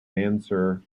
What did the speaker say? mansur